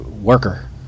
worker